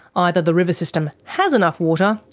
either the river system has enough water,